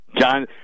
John